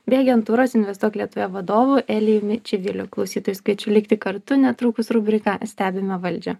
bei agentūros investuok lietuvoje vadovu elijumi čiviliu klausytojus kviečiu likti kartu netrukus rubrika stebime valdžią